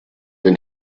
den